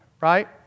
right